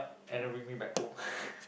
and then bring me back home